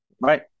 Right